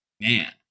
man